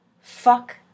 fuck